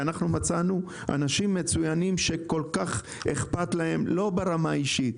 אנחנו מצאנו אנשים מצוינים שכל כך אכפת להם; לא רק ברמה האישית,